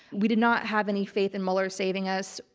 we did not have any faith in mueller saving us.